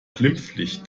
glimpflich